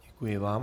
Děkuji vám.